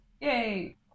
Yay